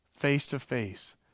face-to-face